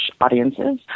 audiences